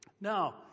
Now